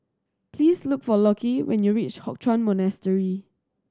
please look for Lockie when you reach Hock Chuan Monastery